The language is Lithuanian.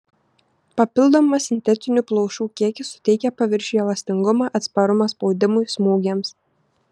papildomas sintetinių plaušų kiekis suteikia paviršiui elastingumą atsparumą spaudimui smūgiams